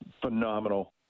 phenomenal